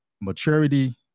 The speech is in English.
maturity